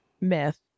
myth